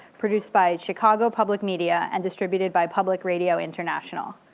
produced by chicago public media and distributed by public radio international.